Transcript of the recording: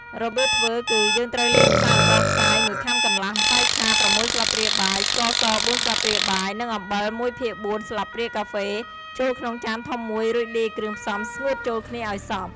របៀបធ្វើគឺ យើងត្រូវលាយម្សៅអង្ករខ្សាយ ១ខាំកន្លះ ម្សៅឆា ៦ ស្លាបព្រាបាយ ស្ករស ៤ ស្លាបព្រាបាយ និងអំបិល ១ភាគ៤ ស្លាបព្រាកាហ្វេ ចូលក្នុងចានធំមួយ រួចលាយគ្រឿងផ្សំស្ងួតចូលគ្នាឱ្យសព្វ។